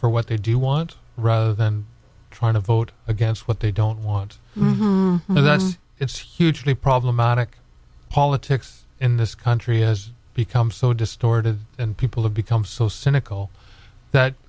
for what they do want rather than trying to vote against what they don't want it's hugely problematic politics in this country has become so distorted and people have become so cynical that